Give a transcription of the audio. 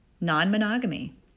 Non-monogamy